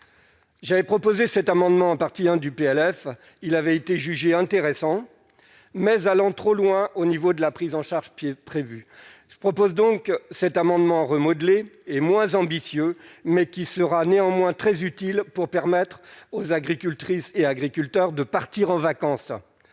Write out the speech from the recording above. j'avais proposé cet amendement partie hein du PLF, il avait été jugé intéressant mais allant trop loin au niveau de la prise en charge prévu je propose donc cet amendement remodelé et moins ambitieux mais qui sera néanmoins très utile pour permettre aux agricultrices et agriculteurs de partir en vacances,